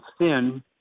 thin